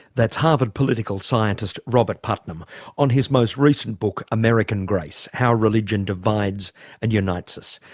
that's harvard political scientist robert putnam on his most recent book american grace how religion divides and unites us,